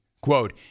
Quote